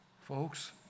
Folks